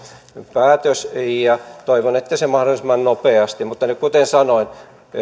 päätös toivon että se mahdollisimman nopeasti toteutetaan mutta kuten sanoin